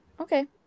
Okay